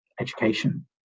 education